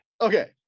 Okay